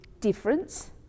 difference